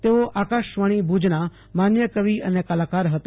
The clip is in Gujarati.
તેઓ આકાશવાણીભુજનાં માન્ય કવિ અને કલાકાર હતા